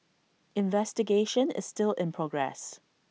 investigation is still in progress